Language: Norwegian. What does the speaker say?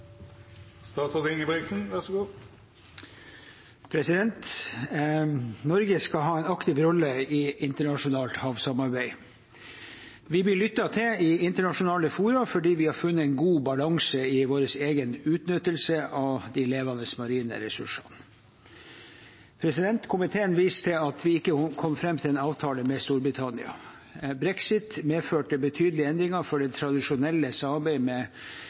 Norge skal ha en aktiv rolle i internasjonalt havsamarbeid. Vi blir lyttet til i internasjonale fora fordi vi har funnet en god balanse i vår egen utnyttelse av de levende marine ressursene. Komiteen viser til at vi ikke kom fram til en avtale med Storbritannia. Brexit medførte betydelige endringer for det tradisjonelle samarbeidet med